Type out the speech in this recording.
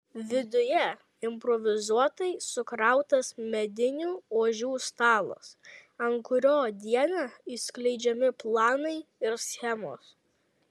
viduje improvizuotai sukrautas medinių ožių stalas ant kurio dieną išskleidžiami planai ir schemos